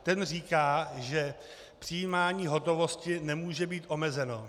Ten říká, že přijímání hotovosti nemůže být omezeno.